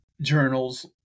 journals